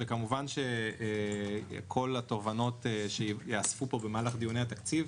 וכמובן שכל התובנות שיאספו פה במהלך דיוני התקציב,